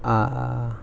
ah